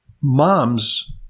mom's